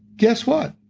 guess what,